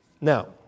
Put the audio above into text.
Now